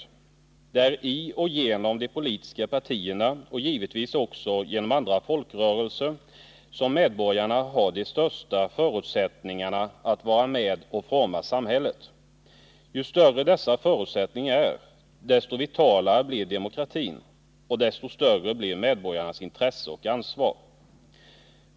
Det är i och genom de politiska partierna och givetvis också genom andra folkrörelser som medborgarna har de största förutsättningarna att vara med och forma samhället. Ju större dessa förutsättningar är, desto vitalare blir demokratin och desto större blir medborgarnas intresse och ansvar.